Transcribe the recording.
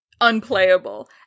unplayable